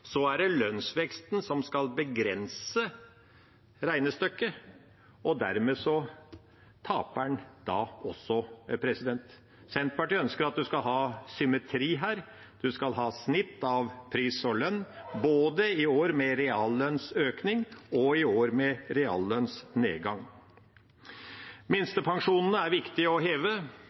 også. Senterpartiet ønsker at en skal ha symmetri her, en skal ha snitt av pris- og lønnsvekst både i år med reallønnsøkning og i år med reallønnsnedgang. Minstepensjonene er det viktig å heve.